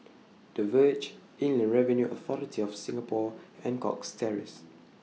The Verge Inland Revenue Authority of Singapore and Cox Terrace